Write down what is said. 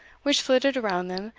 which flitted around them,